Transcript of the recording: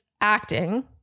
acting